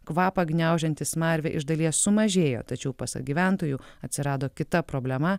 kvapą gniaužianti smarvė iš dalies sumažėjo tačiau pasak gyventojų atsirado kita problema